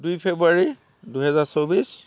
দুই ফেবুৱাৰী দুহেজাৰ চৌব্বিছ